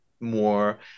more